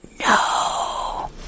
No